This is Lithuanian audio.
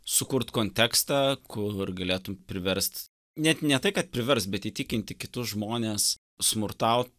sukurt kontekstą kur galėtum priverst net ne tai kad priverst bet įtikinti kitus žmones smurtaut